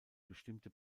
bestimmte